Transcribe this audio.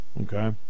Okay